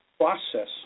process